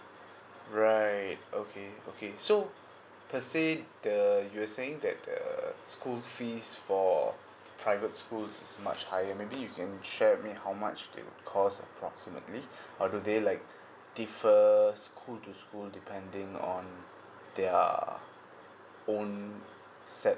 right okay okay so let's say the you were saying that the school fees for private school is much higher maybe you can share with me how much it will cost approximately or do they like differ school to school depending on their own set